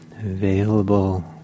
Available